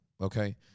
okay